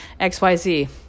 xyz